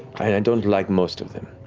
i don't like most of them.